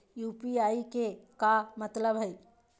UPI के का मतलब हई?